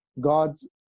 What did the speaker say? gods